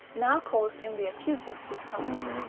now caused him the acutest discomfort.